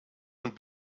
und